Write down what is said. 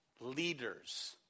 leaders